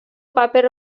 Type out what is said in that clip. paper